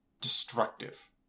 destructive